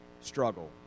struggle